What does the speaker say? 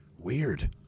Weird